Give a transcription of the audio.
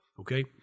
Okay